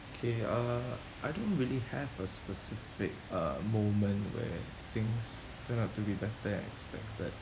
K uh I don't really have a specific uh moment where things turned out to be better than expected